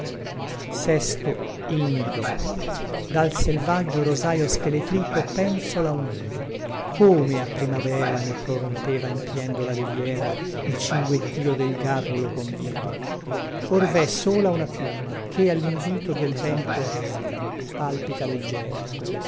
cuore dal selvaggio rosaio scheletrito penzola un nido come a primavera ne prorompeva empiendo la riviera il cinguettio del garrulo convito or vè sola una piuma che allinvito del vento esita palpita leggiera